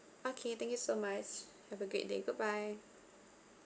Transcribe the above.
okay thank you so much have a great day goodbye